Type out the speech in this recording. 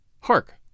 Hark